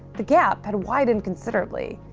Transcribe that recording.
the gap had widened considerably.